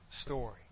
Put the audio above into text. story